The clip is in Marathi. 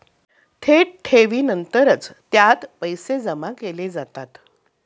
थेट ठेवीनंतरच त्यात पैसे जमा केले जातात